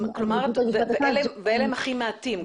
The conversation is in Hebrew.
ואלה הם הכי מעטים.